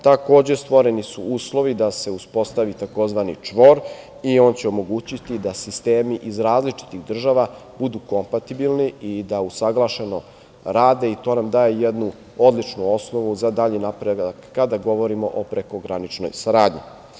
Takođe, stvoreni su uslovi da se uspostavi tzv. čvor i on će omogućiti da sistemi iz različitih država budu kompatibilni i da usaglašeno rade i to nam daje jednu odličnu osnovu za dalji napredak kada govorimo o prekograničnoj saradnji.